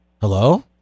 Hello